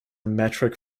metric